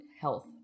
health